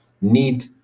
need